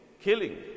killing